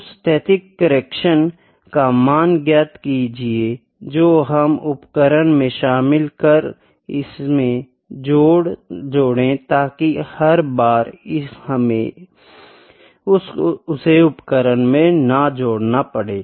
उस स्थैतिक करेक्शन का मान ज्ञात कीजिये जो हम उपकरण में शामिल कर इस में जोड़े ताकि हर बार हमे उसे उपकरण में न जोड़ना पड़े